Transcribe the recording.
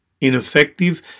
ineffective